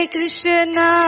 Krishna